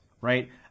right